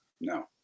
No